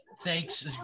Thanks